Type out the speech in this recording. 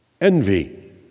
Envy